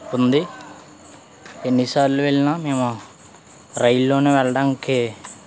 ఉంది ఎన్నిసార్లు వెళ్ళినా మేము రైలులో వెళ్ళడానికి